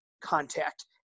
contact